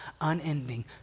unending